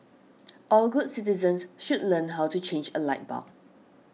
all good citizens should learn how to change a light bulb